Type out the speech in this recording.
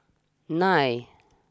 nine